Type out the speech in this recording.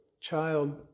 child